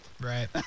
right